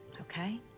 Okay